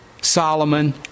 Solomon